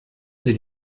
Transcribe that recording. sie